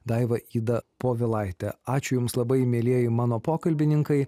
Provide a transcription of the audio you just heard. daiva ida povilaitė ačiū jums labai mielieji mano pokalbininkai